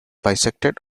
bisected